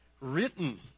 written